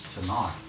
tonight